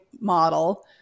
model